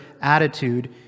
attitude